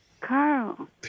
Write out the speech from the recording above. Carl